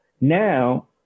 now